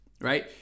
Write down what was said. right